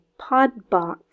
PodBox